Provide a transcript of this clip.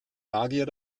magier